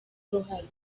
uruhare